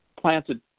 planted